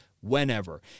Whenever